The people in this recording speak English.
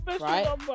right